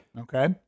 Okay